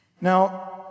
Now